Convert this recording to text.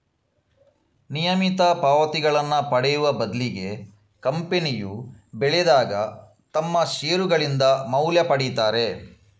ನಿಯಮಿತ ಪಾವತಿಗಳನ್ನ ಪಡೆಯುವ ಬದ್ಲಿಗೆ ಕಂಪನಿಯು ಬೆಳೆದಾಗ ತಮ್ಮ ಷೇರುಗಳಿಂದ ಮೌಲ್ಯ ಪಡೀತಾರೆ